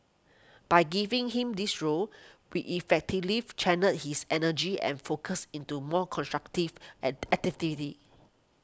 by giving him this role we effectively channelled his energy and focus into more constructive at activities